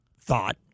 thought